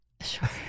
Sure